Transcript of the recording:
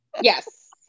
Yes